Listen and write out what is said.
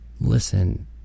Listen